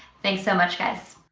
thanks so much guys.